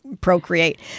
procreate